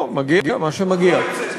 מה שמגיע,